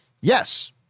Yes